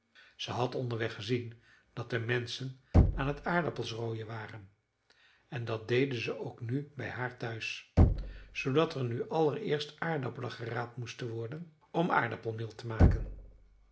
ze had onderweg gezien dat de menschen aan t aardappels rooien waren en dat deden ze ook nu bij haar thuis zoodat er nu allereerst aardappelen geraapt moesten worden om aardappelmeel te maken